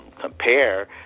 compare